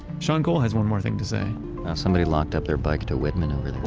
sean cole has one more thing to say somebody locked up their bike to whitman over